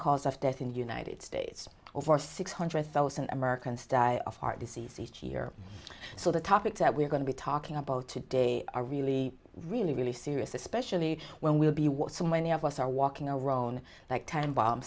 cause of death in the united states over six hundred thousand americans die of heart disease each year so the topics that we're going to be talking about today are really really really serious especially when we would be what so many of us are walking around that time bomb